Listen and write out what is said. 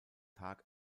tag